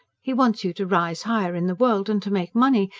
he wants you to rise higher in the world, and to make money.